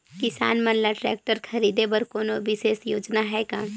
किसान मन ल ट्रैक्टर खरीदे बर कोनो विशेष योजना हे का?